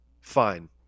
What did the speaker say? fine